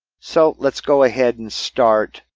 so let's go ahead and start.